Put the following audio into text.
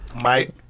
Mike